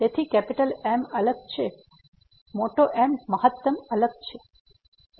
તેથી M અલગ છે મોટો M મહત્તમ અલગ છે